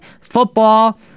Football